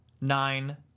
nine